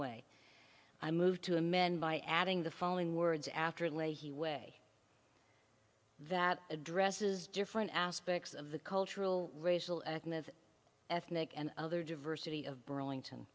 way a move to amend by adding the following words after leahy way that addresses different aspects of the cultural racial ethnic of ethnic and other diversity of burlington